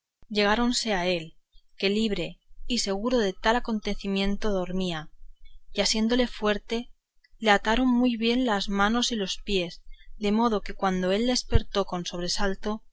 llegáronse a él que libre y seguro de tal acontecimiento dormía y asiéndole fuertemente le ataron muy bien las manos y los pies de modo que cuando él despertó con sobresalto